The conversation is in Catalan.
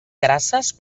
grasses